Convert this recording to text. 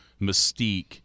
mystique